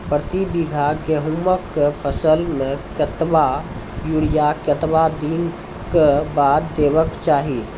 प्रति बीघा गेहूँमक फसल मे कतबा यूरिया कतवा दिनऽक बाद देवाक चाही?